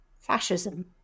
Fascism